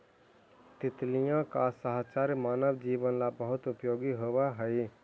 तितलियों का साहचर्य मानव जीवन ला बहुत उपयोगी होवअ हई